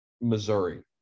Missouri